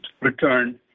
return